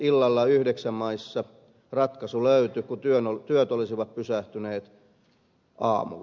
illalla yhdeksän maissa ratkaisu löytyi kun työt olisivat pysähtyneet aamulla